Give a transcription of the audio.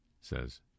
says